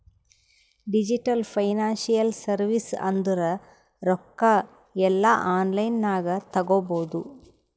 digital financial service ಅಂದುರ್ ರೊಕ್ಕಾ ಎಲ್ಲಾ ಆನ್ಲೈನ್ ನಾಗೆ ತಗೋಬೋದು